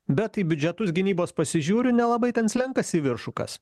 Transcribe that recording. bet į biudžetus gynybos pasižiūriu nelabai ten slenkasi viršų kas